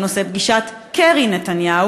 בנושא פגישת קרי-נתניהו,